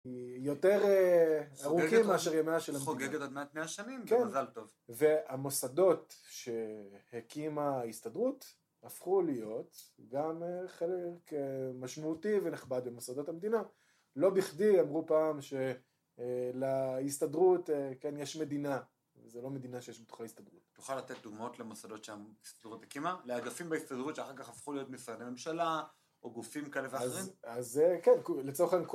היא יותר ארוכים מאשר ימיה של המדינה חוגגת עד מעט 100 שנים, זה מזל טוב והמוסדות שהקימה ההסתדרות הפכו להיות גם חלק משמעותי ונכבד במוסדות המדינה לא בכדי אמרו פעם שלהסתדרות יש מדינה זה לא מדינה שיש בתוכה ההסתדרות. אתה תכול לתת דוגמאות למוסדות שההסתדרות הקימה? לאגפים בהסתדרות שאחר כך הפכו להיות משרדי ממשלה? או גופים כאלה ואחרים? אז כן, לצורך העניין...